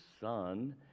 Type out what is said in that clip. son